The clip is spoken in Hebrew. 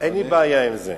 אין לי בעיה עם זה.